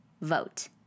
vote